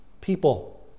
people